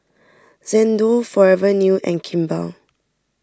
Xndo Forever New and Kimball